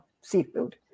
seafood